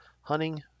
hunting